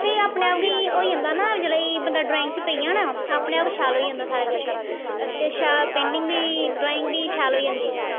फ्ही अपने आप गी होई जंदा ना जिसलै एह् बंदा ड्राईंग च पेई जा ना अपने आप शैल होई जंदा सारा किश ते शैल पेंटिंग बी ड्राईंग बी शैल होई जंदी